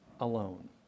alone